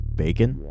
bacon